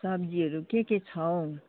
सब्जीहरू के के छ हौ